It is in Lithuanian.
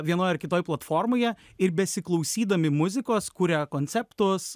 vienoj ar kitoj platformoj ir besiklausydami muzikos kuri konceptus